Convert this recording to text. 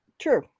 true